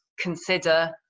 consider